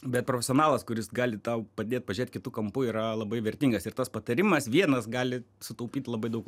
bet profesionalas kuris gali tau padėt pažiūrėt kitu kampu yra labai vertingas ir tas patarimas vienas gali sutaupyti labai daug